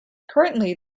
currently